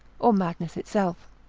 or madness itself.